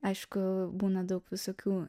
aišku būna daug visokių